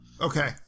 Okay